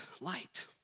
light